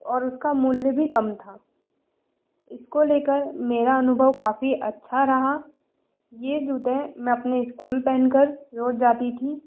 और उसका मूल्य भी बहुत कम था इसको ले कर मेरा अनुभव काफ़ी अच्छा रहा ये जूते मैं अपने इस्कूल पहन कर रोज़ जाती थी